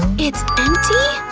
it's empty?